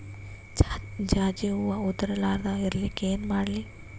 ಜಾಜಿ ಹೂವ ಉದರ್ ಲಾರದ ಇರಲಿಕ್ಕಿ ಏನ ಮಾಡ್ಲಿ?